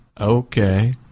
Okay